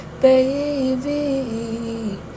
Baby